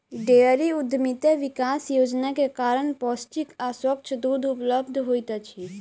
dairy उद्यमिता विकास योजना के कारण पौष्टिक आ स्वच्छ दूध उपलब्ध होइत अछि